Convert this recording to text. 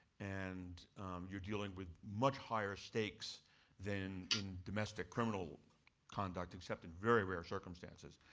and you're dealing with much higher stakes than in domestic criminal conduct, except in very rare circumstances,